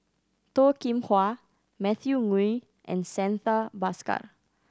Toh Kim Hwa Matthew Ngui and Santha Bhaskar